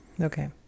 Okay